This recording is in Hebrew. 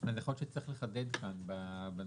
אז יכול להיות שצריך לחדד כאן בנוסח,